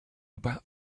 about